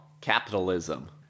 capitalism